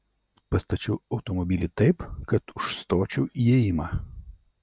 pastačiau automobilį taip kad užstočiau įėjimą